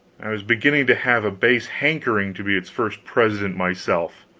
i was beginning to have a base hankering to be its first president myself.